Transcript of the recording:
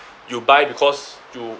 you buy because you